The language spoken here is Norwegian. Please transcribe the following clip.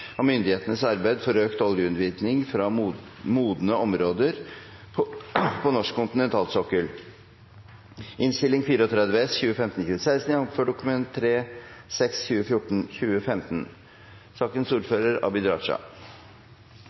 av myndighetenes arbeid for økt oljeutvinning fra modne områder på norsk kontinentalsokkel.